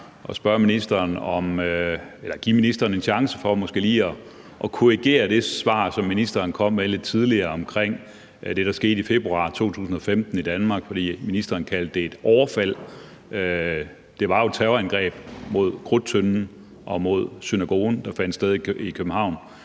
at give ministeren en chance for måske lige at korrigere det svar, som ministeren kom med lidt tidligere omkring det, der skete i februar 2015 i Danmark. Ministeren kaldte det et overfald, men det var jo et terrorangreb mod Krudttønden og mod synagogen, der fandt sted i København,